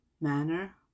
manner